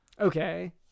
Okay